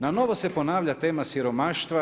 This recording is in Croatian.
Na novo se ponavlja tema siromaštva.